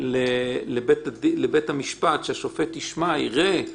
לבית המשפט שהשופט ישמע, יראה,